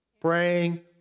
praying